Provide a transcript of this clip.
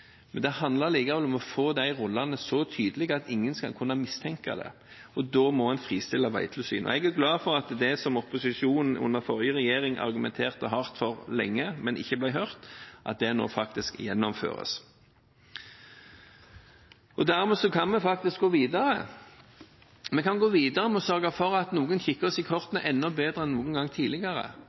de rollene så tydelig at ingen skal kunne mistenke det, og da må man fristille Vegtilsynet. Jeg er glad for at det som opposisjonen under forrige regjering argumenterte hardt for lenge, men ikke ble hørt, faktisk gjennomføres. Dermed kan vi gå videre. Vi kan gå videre med å sørge for at noen kikker oss i kortene enda bedre enn noen gang tidligere.